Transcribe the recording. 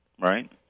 Right